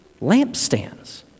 lampstands